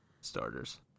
starters